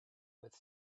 with